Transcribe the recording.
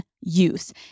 use